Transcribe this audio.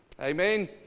Amen